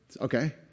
Okay